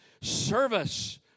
service